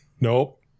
Nope